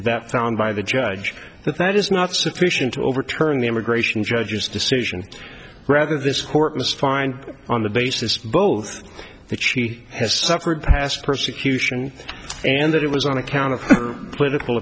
that found by the judge but that is not sufficient to overturn the immigration judge's decision rather this court must find on the basis both that she has suffered past persecution and that it was on account of political